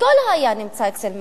הכול היה, נמצא אצל מח"ש.